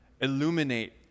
illuminate